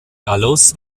gallus